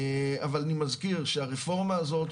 אבל אני מזכיר שהרפורמה הזאת,